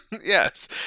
yes